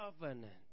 covenant